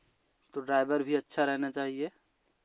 तो ड्राइवर भी अच्छा रहना चाहिए